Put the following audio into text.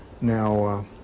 now